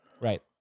Right